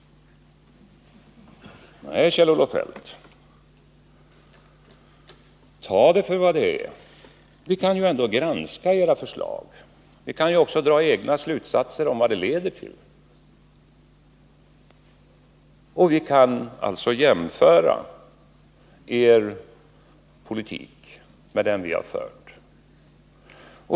Nej, Kjell-Olof Feldt, ta det för vad det är! Vi kan ju ändå granska era förslag och dra egna slutsatser om vad de leder till. Vi kan alltså jämföra er politik med den vi har fört.